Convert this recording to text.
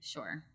Sure